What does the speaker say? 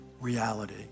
reality